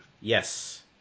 Yes